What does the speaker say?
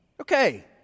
Okay